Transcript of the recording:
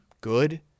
good